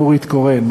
נורית קורן,